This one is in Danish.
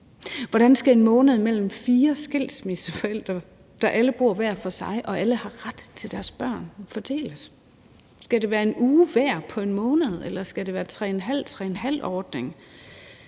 Hvordan skal en måned mellem fire skilsmisseforældre, der alle bor hver for sig og alle har ret til deres børn, fordeles? Skal det være 1 uge hos hver på en måned, eller skal det være en 3½-3½-ordning?